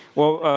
well